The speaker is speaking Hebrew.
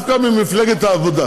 דווקא ממפלגת העבודה.